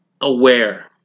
aware